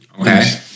Okay